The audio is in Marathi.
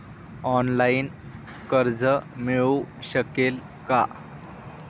ऑनलाईन कर्ज मिळू शकेल का?